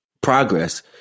progress